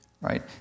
right